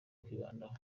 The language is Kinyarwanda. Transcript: kwibandaho